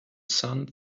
sun